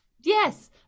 Yes